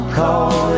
call